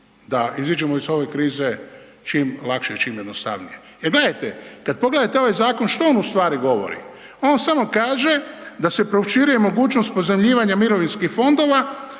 da izađemo iz ove krize čim lakše i čim jednostavnije. Jer gledajte, kad pogledate ovaj zakon, što on ustvari govori? On samo kaže da se proširuje mogućnost pozajmljivanja mirovinskih fondova